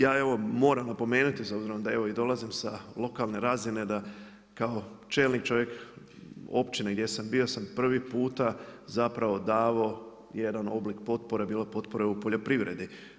Ja evo, moram napomenuti, s obzirom da evo dolazim i sa lokalne razine, da kao čelni čovjek općine gdje sam bio, sam prvi puta zapravo davao jedan oblik potpore bilo potpore u poljoprivredi.